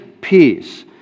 peace